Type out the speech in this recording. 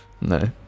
no